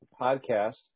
podcast